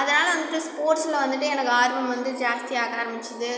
அதனால் வந்துவிட்டு ஸ்போர்ட்ஸில் வந்துவிட்டு எனக்கு ஆர்வம் வந்து ஜாஸ்தியாக ஆரமிச்சுது